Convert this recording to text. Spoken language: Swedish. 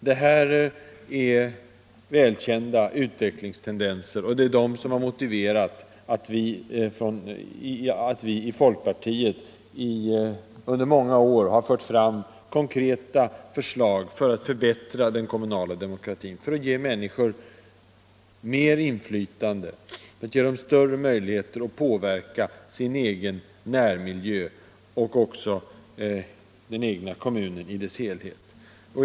Detta är välkända utvecklingstendenser, och det är de som har motiverat att vi i folkpartiet under många år fört fram konkreta förslag för att förbättra den kommunala demokratin, för att ge människor mera inflytande och för att ge dem större möjligheter att påverka sin egen närmiljö och också den egna kommunen i dess helhet.